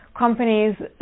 companies